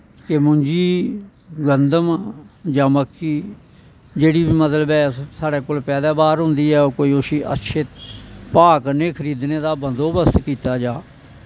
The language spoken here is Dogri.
के मुंजी गंदम जां मक्की जेह्ड़ी मतलव ऐ अस साढ़ै कोल पैदाबार होंदी ऐ ओह् कोई उसी अच्छे भा कन्नै खरीदने दा बंदोबस्त कीता जा